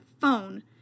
phone